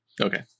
okay